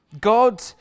God